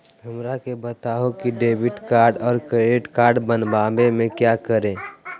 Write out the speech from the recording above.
हमरा के बताओ की डेबिट कार्ड और क्रेडिट कार्ड बनवाने में क्या करें?